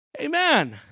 Amen